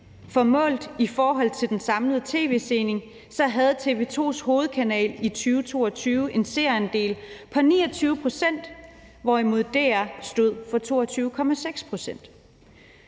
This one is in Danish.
For målt i forhold til den samlede tv-sening, havde TV 2's hovedkanal i 2022 en seerandel på 29 pct., hvorimod DR stod for 22,6 pct.